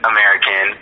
American